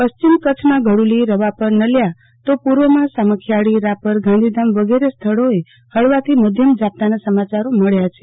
પશ્ચિમ કચ્છમા ઘડુલી રવાપર નલિયા તો પ્વમાં સામખીયાળી રાપર ગાંધધામ વિગેરે સ્થળોએ હળવાથી મધ્યમ ઝાંપટાંના સમાચારો મળ્યા છે